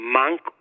monk